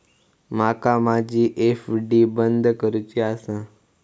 माका माझी एफ.डी बंद करुची आसा